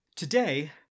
Today